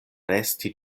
resti